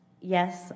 yes